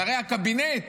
שרי הקבינט,